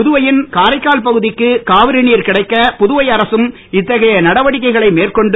புதுவை யின் காரைக்கால் பகுதிக்கு காவிரி நீர் கிடைக்க புதுவை அரசும் இத்தகைய நடவடிக்கைகளை மேற்கொண்டு